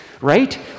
right